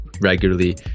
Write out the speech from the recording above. regularly